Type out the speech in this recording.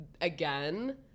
again